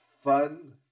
fun